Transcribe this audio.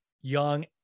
young